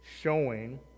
showing